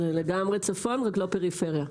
זה לגמרי צפון רק לא פריפריה.